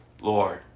Lord